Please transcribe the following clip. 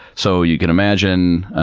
so you can imagine